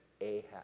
Ahab